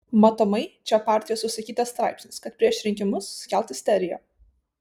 matomai čia partijos užsakytas straipsnis kad prieš rinkimus sukelt isteriją